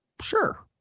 Sure